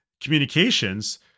Communications